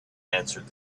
answered